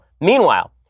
meanwhile